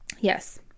Yes